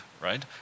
right